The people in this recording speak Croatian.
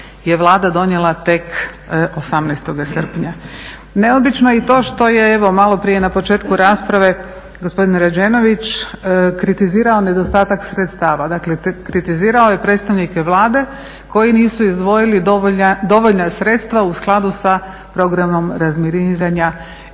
Vlada donijela tek 18.srpnja. Neobično je i to što je malo prije na početku rasprave gospodin Rađenović kritizirao nedostatak sredstava, dakle kritizirao je predstavnike Vlade koji nisu izdvojili dovoljna sredstva u skladu sa programom razminiranja